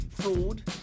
fraud